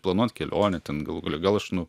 planuot kelionę ten galų gale gal aš nu